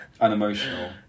Unemotional